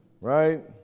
right